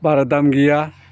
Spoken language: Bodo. बारा दाम गैया